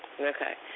Okay